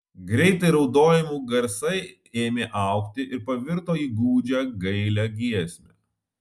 greitai raudojimų garsai ėmė augti ir pavirto į gūdžią gailią giesmę